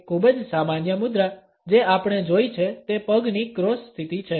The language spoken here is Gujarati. એક ખૂબ જ સામાન્ય મુદ્રા જે આપણે જોઇ છે તે પગની ક્રોસ સ્થિતિ છે